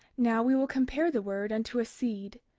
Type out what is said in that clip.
now, we will compare the word unto a seed.